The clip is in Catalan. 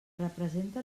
representa